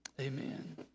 amen